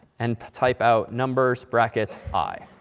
and type out numbers, bracket, i.